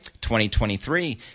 2023